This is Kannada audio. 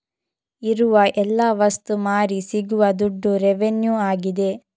ಇರುವ ಎಲ್ಲ ವಸ್ತು ಮಾರಿ ಸಿಗುವ ದುಡ್ಡು ರೆವೆನ್ಯೂ ಆಗಿದೆ